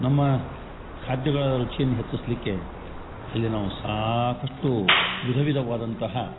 ನಮ್ಮ ಖಾದ್ಯಗಳ ರುಚಿಯನ್ನ ಹೆಚ್ಚಿಸಲಿಕ್ಕೆ ಇಲ್ಲಿ ನಾವು ಸಾಕಷ್ಟು ವಿಧವಿಧವಾದಂತಹ